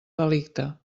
delicte